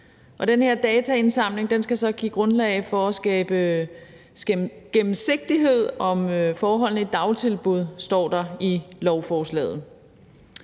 den her dataindsamling skal så give grundlag for at skabe gennemsigtighed om forholdene i dagtilbud, står der i lovforslaget.